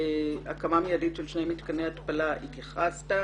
הקמה מיידית של שני מתקני התפלה, התייחסת.